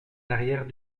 l’arrière